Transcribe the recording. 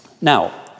Now